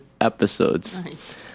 episodes